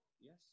Yes